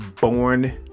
born